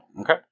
Okay